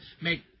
make